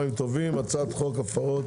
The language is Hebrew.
על סדר-היום: הצעת חוק הפרות